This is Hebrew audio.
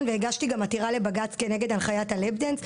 והגשתי גם עתירה לבג"ץ כנגד הנחיית ה"לאפ דאנס".